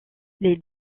les